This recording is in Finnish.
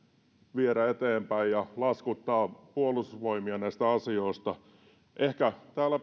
viedä eteenpäin ja laskuttaa puolustusvoimia näistä asioista ehkä täällä